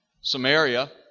Samaria